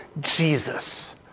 Jesus